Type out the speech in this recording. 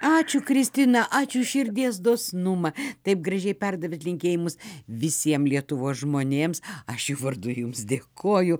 ačiū kristina ačiū širdies dosnumą taip gražiai perdavėt linkėjimus visiem lietuvos žmonėms aš jų vardu jums dėkoju